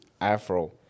Afro